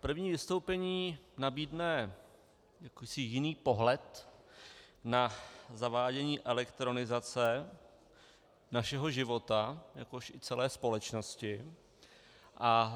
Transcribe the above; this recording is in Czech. První vystoupení nabídne jiný pohled na zavádění elektronizace našeho života, jakož i celé společnosti, a